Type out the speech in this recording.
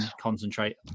concentrate